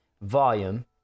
volume